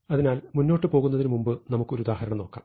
അതിനാൽ മുന്നോട്ട് പോകുന്നതിന് മുമ്പ് നമുക്ക് ഒരു ഉദാഹരണം നോക്കാം